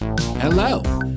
hello